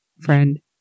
friend